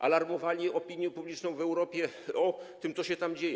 Alarmowali opinię publiczną w Europie o tym, co się dzieje.